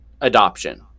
adoption